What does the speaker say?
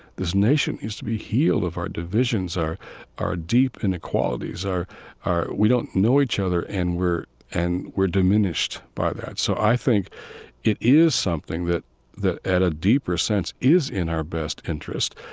this nation needs to be healed of our divisions, our our deep inequalities, our our we don't know each other and we're and we're diminished by that so i think it is something that that at a deeper sense is in our best interest.